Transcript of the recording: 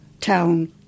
Town